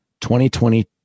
2020